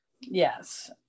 yes